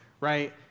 right